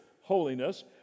holiness